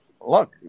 look